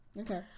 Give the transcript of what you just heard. Okay